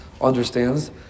understands